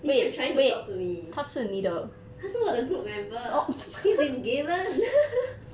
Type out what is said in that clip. he's trying to talk to me 他是我的 group member he's in galen